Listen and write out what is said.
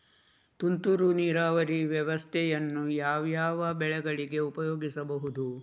ತುಂತುರು ನೀರಾವರಿ ವ್ಯವಸ್ಥೆಯನ್ನು ಯಾವ್ಯಾವ ಬೆಳೆಗಳಿಗೆ ಉಪಯೋಗಿಸಬಹುದು?